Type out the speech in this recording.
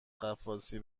غواصی